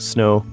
Snow